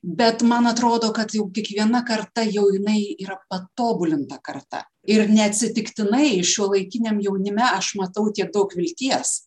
bet man atrodo kad jau kiekviena karta jau jinai yra patobulinta karta ir neatsitiktinai šiuolaikiniam jaunime aš matau tiek daug vilties